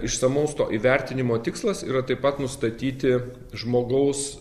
išsamaus to įvertinimo tikslas yra taip pat nustatyti žmogaus